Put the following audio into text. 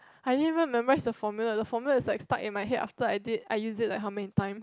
I didn't memorise the formula the formula is like stuck in my head after I did I used it like how many times